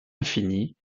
infini